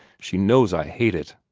she knows i hate it.